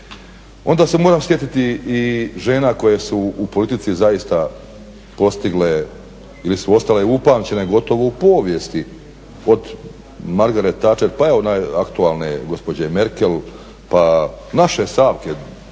onda se moram sjetiti i žena koje su u politici zaista postigle ili su ostale upamćene gotovo u povijesti od Margaret Thatcher pa evo najaktualnije gospođe Merkel pa naše Savske